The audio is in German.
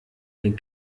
den